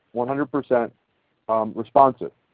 one hundred percent responsive.